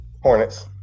Hornets